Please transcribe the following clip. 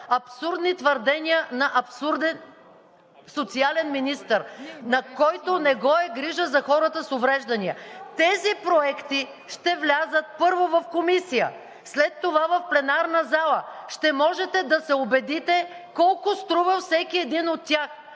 Абсурдни твърдения на абсурден социален министър, който не го е грижа за хората с увреждания! Тези проекти ще влязат първо в Комисия, след това в пленарна зала, ще можете да се убедите колко струва всеки един от тях.